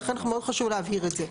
ולכן מאוד חשוב להבהיר את זה.